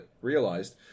realized